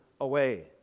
away